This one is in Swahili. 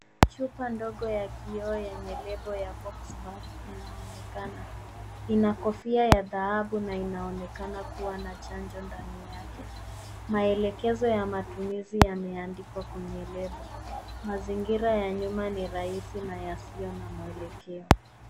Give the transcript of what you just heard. Chupa ndogo ya kioo yenye lebo ya Poxvax inaonekana. Ina kofia ya dhahabu na inaonekana kuwa na chanjo ndani yake. Maelekezo ya matumizi yameandikwa kwenye label . Mazingira ya nyuma ni rahisi na yasiyo na mwelekeo.